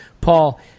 Paul